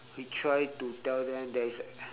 we try to tell them there is